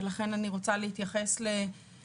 ולכן אני רוצה להתייחס לאוכלוסייה,